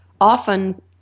often